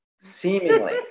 seemingly